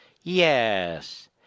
Yes